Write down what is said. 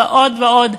ועוד ועוד.